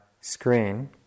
screen